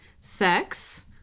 sex